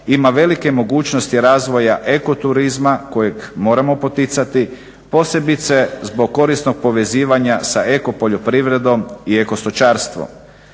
ima velike mogućnosti razvoja eko turizma kojeg moramo poticati, posebice zbog korisnog povezivanja sa eko poljoprivredom i eko stočarstvom.